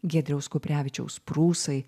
giedriaus kuprevičiaus prūsai